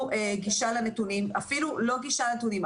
גישה לנתונים אפילו לא גישה לנתונים,